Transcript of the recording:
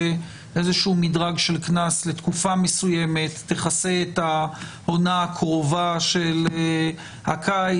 איזה שהוא מדרג של קנס לתקופה מסוימת שתכסה את העונה הקרובה של הקיץ.